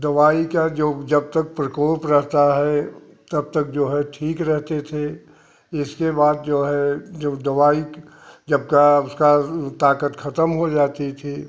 दवाई का जो जब तक प्रकोप रहता हैं तब तक जो है ठीक रहते थे इसके बाद जो है जब दवाई का जब का उसका ताकत खत्म हो जाती थी